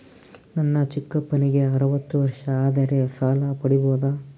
ನನ್ನ ಚಿಕ್ಕಪ್ಪನಿಗೆ ಅರವತ್ತು ವರ್ಷ ಆದರೆ ಸಾಲ ಪಡಿಬೋದ?